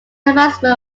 advancement